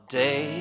day